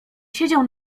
siedział